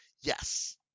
Yes